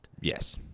Yes